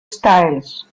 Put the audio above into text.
styles